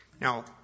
now